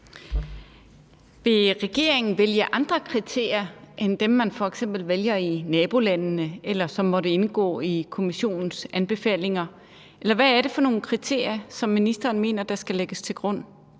Vil regeringen vælge andre kriterier end dem, som man f.eks. vælger i nabolandene, eller som måtte indgå i Kommissionens anbefalinger? Eller hvad er det for nogle kriterier, som ministeren mener der skal lægges til grund?